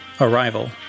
Arrival